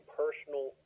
personal